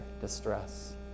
distress